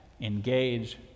engage